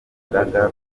rugaga